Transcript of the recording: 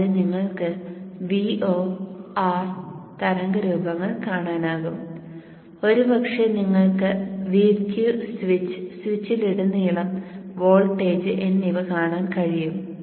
കൂടാതെ നിങ്ങൾക്ക് Vo R തരംഗ രൂപങ്ങൾ കാണാനാകും ഒരുപക്ഷേ നിങ്ങൾക്ക് Vq സ്വിച്ച് സ്വിച്ചിലുടനീളം വോൾട്ടേജ് എന്നിവ കാണാൻ കഴിയും